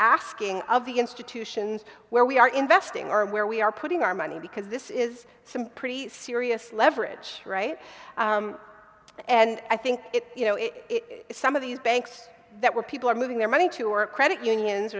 asking of the institutions where we are investing or where we are putting our money because this is some pretty serious leverage and i think it you know if some of these banks that were people are moving their money to our credit unions